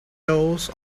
knows